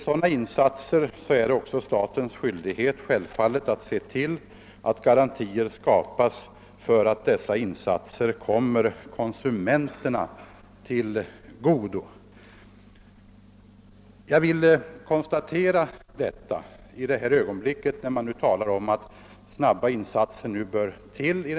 Sådana insatser innefattade självfallet också skyldighet för staten att se till att garantier skapas för att dessa insatser kom konsumenterna till godo. Jag vill konstatera detta i samband med de krav i denna fråga som nu framförts.